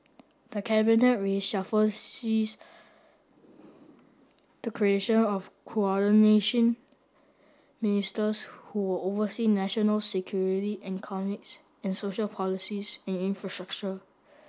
the cabinet reshuffle sees the creation of Coordination Ministers who will oversee national security economics and social policies and infrastructure